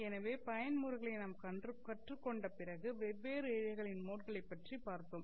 எனவே பயன்முறைகளை நாம் கற்றுக்கொண்ட பிறகு வெவ்வேறு இழைகளின் மோட்களை பற்றி பார்த்தோம்